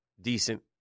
Decent